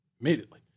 Immediately